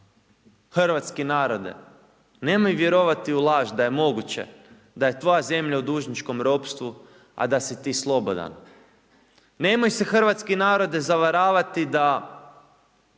hrvatski narode, nemoj vjerovati u laž da je moguće da je tvoja zemlja u dužničkom ropstvu a da si ti slobodan. Nemoj se hrvatski narode, zavaravati da